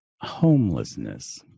Homelessness